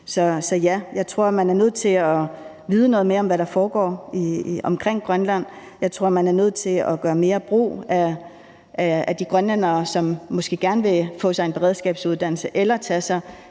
Så ja, jeg tror, man er nødt til at vide noget mere om, hvad der foregår omkring Grønland; jeg tror, at man er nødt til at gøre mere brug af de grønlændere, som måske gerne vil tage sig en beredskabsuddannelse eller aftjene